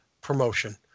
promotion